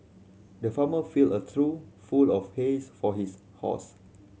the farmer filled a trough full of hay for his horse